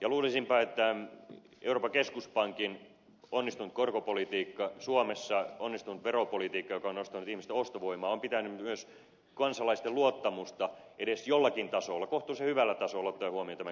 luulisinpa että euroopan keskuspankin onnistunut korkopolitiikka suomessa onnistunut veropolitiikka joka on nostanut ihmisten ostovoimaa on pitänyt myös kansalaisten luottamusta edes jollakin tasolla kohtuullisen hyvällä tasolla ottaen huomioon tämän kriisin